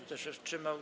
Kto się wstrzymał?